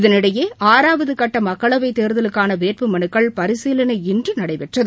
இதனிடையே ஆறாவதுகட்டமக்களவைத்தேர்தலுக்கானவேட்புமனுக்கள் பரிசீலனை இன்றுநடைபெற்றது